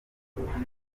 ubusanzwe